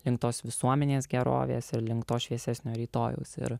link tos visuomenės gerovės ir link to šviesesnio rytojaus ir